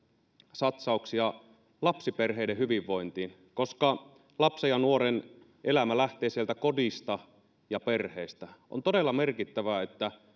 satsauksia lapsiperheiden hyvinvointiin koska lapsen ja nuoren elämä lähtee sieltä kodista ja perheestä on todella merkittävää että